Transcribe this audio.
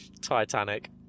Titanic